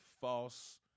false